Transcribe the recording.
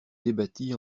débattit